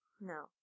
No